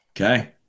okay